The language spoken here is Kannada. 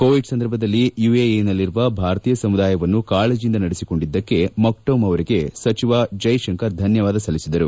ಕೋವಿಡ್ ಸಂದರ್ಭದಲ್ಲಿ ಯುಎಇನಲ್ಲಿರುವ ಭಾರತೀಯ ಸಮುದಾಯವನ್ನು ಕಾಳಜಿಯಿಂದ ನಡೆಸಿಕೊಂಡಿದ್ದಕ್ಕೆ ಮಕ್ಸೌಮ್ ಅವರಿಗೆ ಸಚಿವ ಜ್ಟೆಶಂಕರ್ ಧನ್ಯವಾದ ಸಲ್ಲಿಸಿದರು